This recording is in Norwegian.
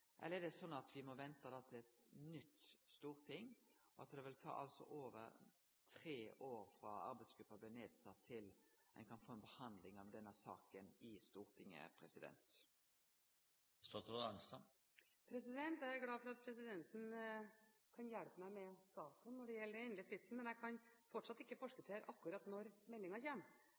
Eller er det sånn at me må vente til eit nytt storting, og at det vil ta over tre år frå arbeidsgruppa blei nedsett, til ein kan få ei behandling av denne saka i Stortinget? Jeg er glad for at presidenten kan hjelpe meg med datoen når det gjelder den endelige fristen, men jeg kan fortsatt ikke forskottere akkurat når